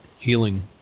healing